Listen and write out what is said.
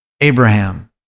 Abraham